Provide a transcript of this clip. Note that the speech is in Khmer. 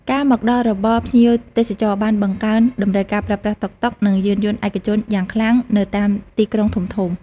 ការមកដល់របស់ភ្ញៀវទេសចរបានបង្កើន តម្រូវការប្រើប្រាស់តុកតុក និងយានយន្តឯកជនយ៉ាងខ្លាំងនៅតាមទីក្រុងធំៗ។